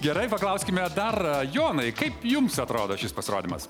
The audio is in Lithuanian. gerai paklauskime dar jonai kaip jums atrodo šis pasirodymas